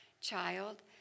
Child